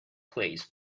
please